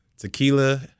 tequila